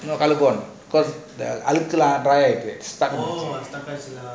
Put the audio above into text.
colour gone cause ஆளுக்குளம்:aalukulam dry ஆயிடுச்சி:aayeduchi stuck ஆயிடுச்சி:aayeduchi